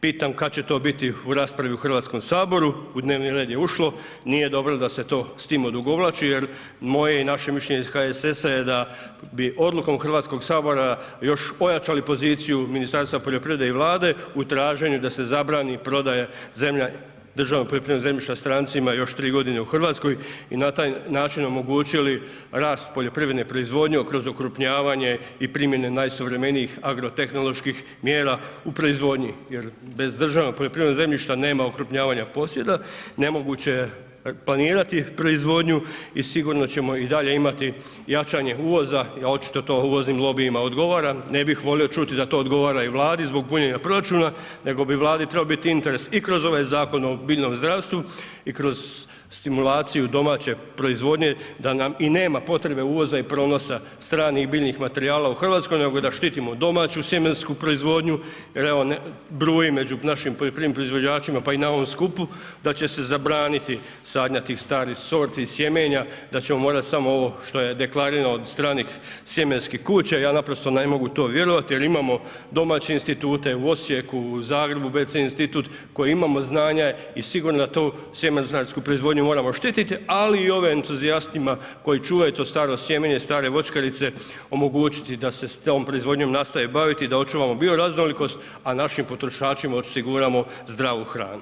Pitam kad će to biti u raspravi u Hrvatskom saboru, u dnevni red je ušlo, nije dobro da se s tim odugovlači jer moje i naše mišljenje iz HSS-a je da bi odlukom Hrvatskog sabora još ojačali poziciju Ministarstva poljoprivrede i Vlade u traženju da se zabrani prodaja državnog poljoprivrednog zemljišta strancima još 3 g. u Hrvatskoj i na taj način omogućili rast poljoprivredne proizvodnje kroz okrupnjavanje i promjene najsuvremenijih agro-tehnoloških mjera u proizvodnji jer bez državnog poljoprivrednog zemljišta nema okrupnjavanja posjeda, nemoguće je planirati proizvodnju i sigurno ćemo i dalje imati jačanje uvoza a očito to uvoznim lobijima odgovara, ne bi volio čuti da to odgovara i Vladi zbog punjenja proračuna nego bi Vladi trebao bit interes i kroz ovaj Zakon o biljnom zdravstvu i kroz stimulaciju domaće proizvodnje da nam i nema potrebe uvoza i pronosa stranih biljnih materijala u Hrvatskoj nego da štitimo domaću sjemensku proizvodnju jer evo bruji među našim poljoprivrednim proizvođačima pa i na ovom skupu, da će se zabraniti sadnja tih starih sorti i sjemenja, da ćemo morati samo ovo što je deklarirano od stranih sjemenskih kuća, ja naprosto ne mogu to vjerovati jer imamo domaće institute, u Osijeku, u Zagrebu, BC institut, koji imamo znanja i sigurno da tu sjemenarsku proizvodnju moramo štititi ali i ove entuzijastima koji čuvaju to staro sjemenje, stare voćkarice, omogućiti da se s tom proizvodnjom nastave baviti i da očuvamo bioraznolikost a našim potrošačima osiguramo zdravu hranu.